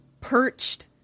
perched